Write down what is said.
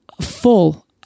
full